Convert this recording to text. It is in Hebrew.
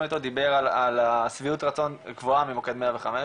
אתו דיבר על השביעות רצון קבועה ממוקד 105,